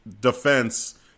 defense